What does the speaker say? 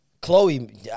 Chloe